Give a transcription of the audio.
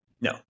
No